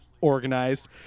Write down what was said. organized